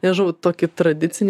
nežinau tokį tradicinį